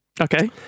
Okay